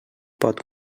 pot